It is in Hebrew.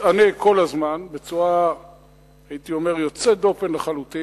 תתאנה לו כל הזמן, בצורה יוצאת דופן לחלוטין.